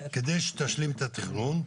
כדי שתשלים את התכנון?